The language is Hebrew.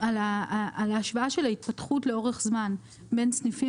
על ההשוואה של ההתפתחות לאורך זמן בין סניפים